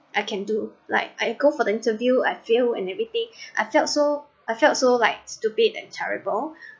I can do like I go for the interview I failed and everything I felt so I felt so like stupid and terrible